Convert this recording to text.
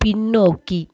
பின்னோக்கி